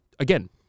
Again